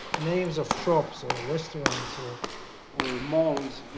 names of shops or restaurants or or malls,